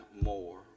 more